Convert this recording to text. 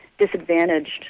disadvantaged